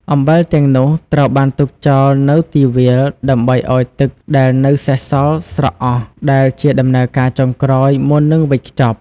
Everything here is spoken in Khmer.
អំបិលទាំងនោះត្រូវបានទុកចោលនៅទីវាលដើម្បីឲ្យទឹកដែលនៅសេសសល់ស្រក់អស់ ដែលជាដំណើរការចុងក្រោយមុននឹងវេចខ្ចប់។